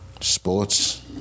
Sports